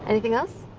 anything else?